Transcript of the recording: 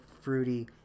fruity